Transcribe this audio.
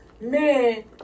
Man